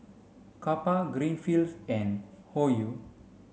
Kappa Greenfields and Hoyu